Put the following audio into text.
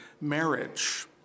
marriage